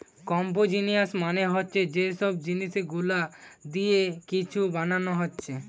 composition মানে হচ্ছে যে সব জিনিস গুলা দিয়ে কিছু বানাচ্ছে